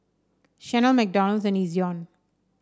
Chanel McDonald's and Ezion